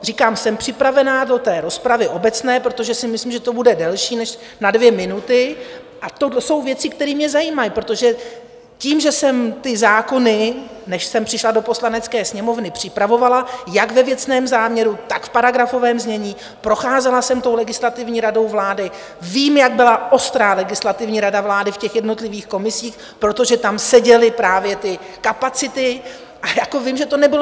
Říkám, jsem připravena do té rozpravy obecné, protože si myslím, že to bude delší než na dvě minuty, a to jsou věci, které mě zajímají, protože tím, že jsem ty zákony, než jsem přišla do Poslanecké sněmovny, připravovala jak ve věcném záměru, tak v paragrafovém znění, procházela jsem tou Legislativní radou vlády, vím, jak byla ostrá Legislativní rada vlády v jednotlivých komisích, protože tam seděly právě ty kapacity, a vím, že to nebylo jednoduché.